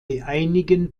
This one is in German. einigen